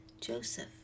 Joseph